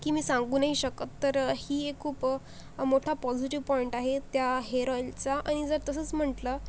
की मी सांगू नाही शकत तर ही एक खूप मोठा पॉझिटिव्ह पॉईंट आहे त्या हेयरऑईलचा आणि जर तसंच म्हटलं